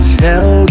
tell